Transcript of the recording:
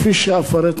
כפי שאפרט מייד.